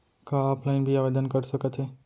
का ऑफलाइन भी आवदेन कर सकत हे?